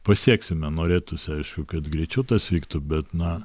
pasieksime norėtųsi aišku kad greičiau tas vyktų bet na